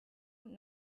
und